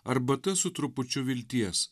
arbata su trupučiu vilties